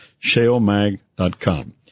shalemag.com